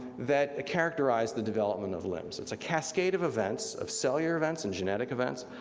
that characterized the development of limbs. it's a cascade of events, of cellular events and genetic events,